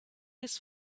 his